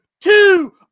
two